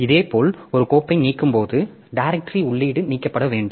இதேபோல் ஒரு கோப்பை நீக்கும்போது டைரக்ட்ரி உள்ளீடு நீக்கப்பட வேண்டும்